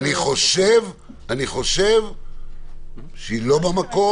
-- אני חושב שזה לא במקום,